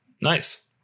Nice